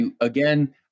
again